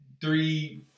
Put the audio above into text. three